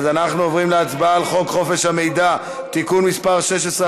אנחנו עוברים להצבעה על חוק חופש המידע (תיקון מס' 16)